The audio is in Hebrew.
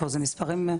המספרים,